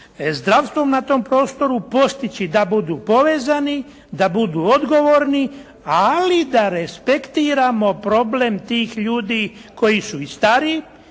zdravstvom na tom prostoru postići da budu povezani, da budu odgovorni ali da respektiramo problem tih ljudi koji su i stariji